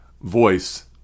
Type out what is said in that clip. voice